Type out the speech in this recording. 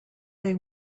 they